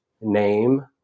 name